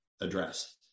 address